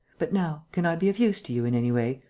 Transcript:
but now, can i be of use to you in any way?